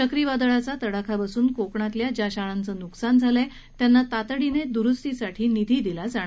चक्रीवादळाचा तडाखा बसून कोकणातल्या ज्या शाळांचं नुकसान झालंय त्यांना तातडीने दुरुस्तीसाठी निधी दिला जाणार आहे